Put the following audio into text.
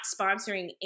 sponsoring